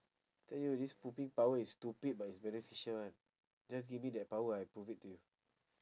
tell you this pooping power is stupid but is beneficial [one] just give me that power I prove it to you